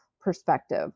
perspective